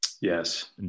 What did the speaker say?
Yes